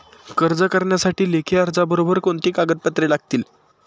कर्ज करण्यासाठी लेखी अर्जाबरोबर कोणती कागदपत्रे लागतील?